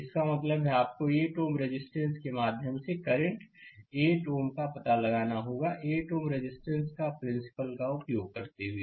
इसका मतलब है आपको 8 Ω रेजिस्टेंस के माध्यम से करंट 8 Ω का पता लगाना होगा 8 Ω रेजिस्टेंस का प्रिंसिपल का उपयोग करते हुए